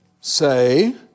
say